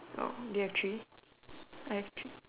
oh do you have three I have three